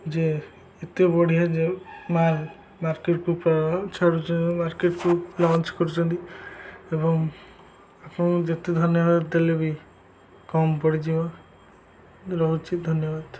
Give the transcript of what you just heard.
ଯେ ଏତେ ବଢ଼ିଆ ଯେ ମାଲ୍ ମାର୍କେଟ୍କୁ ଛାଡ଼ୁଛନ୍ତି ମାର୍କେଟ୍କୁ ଲଞ୍ଚ କରୁଛନ୍ତି ଏବଂ ଆପଣଙ୍କୁ ଯେତେ ଧନ୍ୟବାଦ ଦେଲେ ବି କମ୍ ପଡ଼ିଯିବ ରହୁଛି ଧନ୍ୟବାଦ